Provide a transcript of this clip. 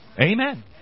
Amen